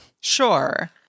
Sure